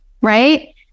right